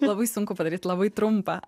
labai sunku padaryt labai trumpą